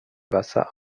wasser